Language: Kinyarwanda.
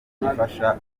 gifasha